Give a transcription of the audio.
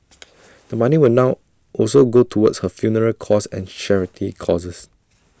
the money will now also go towards her funeral costs and charity causes